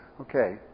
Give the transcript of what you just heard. Okay